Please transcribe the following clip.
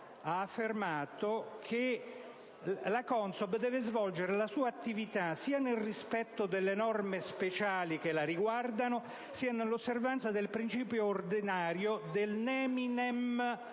ha affermato che la CONSOB deve svolgere la sua attività sia nel rispetto delle norme speciali che la riguardano, sia nell'osservanza del principio ordinario del *neminem